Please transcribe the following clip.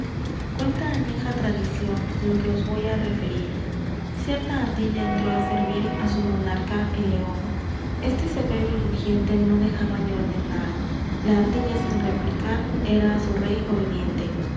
cuenta añeja tradición lo que os voy á referir cierta ardilla entró á servir á su monarca el león éste severo y rugiente no dejaba de ordenar la ardilla sin replicar era á su rey obediente